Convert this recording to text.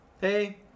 Hey